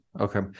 Okay